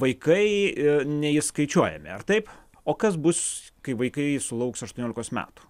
o vaikai neįskaičiuojami ar taip o kas bus kai vaikai sulauks aštuoniolikos metų